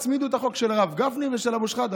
הצמידו את החוק של הרב גפני ושל אבו שחאדה.